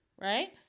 Right